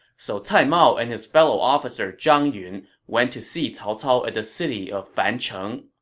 so cai mao and his fellow officer zhang yun went to see cao cao at the city of fancheng,